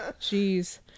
jeez